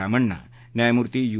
रामण्णा न्यायमूर्ती यु